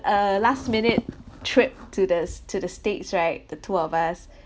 a last minute trip to the s~ to the states right the two of us